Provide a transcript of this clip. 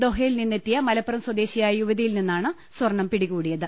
ദോഹയിൽ നിന്നെത്തിയ മലപ്പുറം സ്വദേശിയായ യുവതിയിൽ നിന്നാണ് സ്വർണം പിടികൂടിയത്